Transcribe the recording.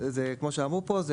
כמו שאמרו פה,